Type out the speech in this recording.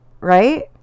right